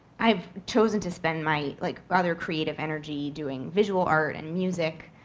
i've chosen to spend my, like, other creative energy doing visual art and music.